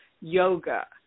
yoga